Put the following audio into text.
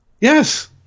Yes